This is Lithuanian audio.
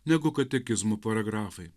negu katekizmo paragrafai